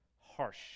harsh